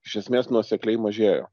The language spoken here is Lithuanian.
iš esmės nuosekliai mažėjo